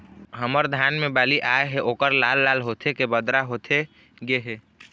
हमर धान मे बाली आए हे ओहर लाल लाल होथे के बदरा होथे गे हे?